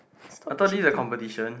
I thought this is a competition